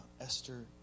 Esther